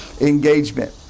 engagement